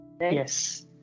Yes